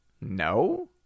No